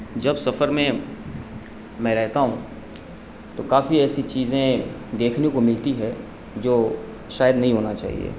جب سفر میں میں رہتا ہوں تو کافی ایسی چیزیں دیکھنے کو ملتی ہے جو شاید نہیں ہونا چاہیے